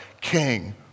king